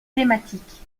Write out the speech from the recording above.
thématique